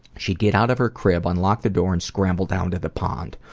she'd get out of her crib, unlock the door and scramble down to the pond.